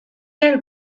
del